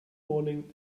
morning